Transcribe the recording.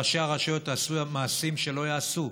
ראשי הרשויות עשו מעשים שלא ייעשו.